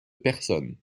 personnes